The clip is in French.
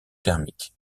thermique